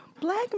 black